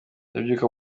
ndabyuka